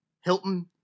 Hilton